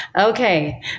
Okay